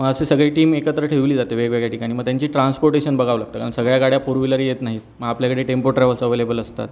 मग असे सगळे टीम एकत्र ठेवली जाते वेगवेगळ्या ठिकाणी मग त्यांची ट्रान्सपोर्टेशन बघावं लागतं कारण सगळ्या गाड्या फोर व्हीलर येत नाहीत मग आपल्याकडे टेम्पो ट्रॅवल्स ॲवेलेबल असतात